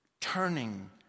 turning